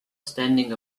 standing